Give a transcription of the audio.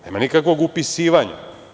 Nema nikakvog upisivanja.